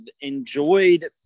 enjoyed